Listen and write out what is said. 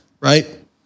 right